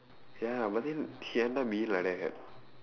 ya but then he end up being like that